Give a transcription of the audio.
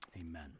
amen